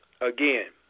again